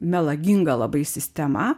melaginga labai sistema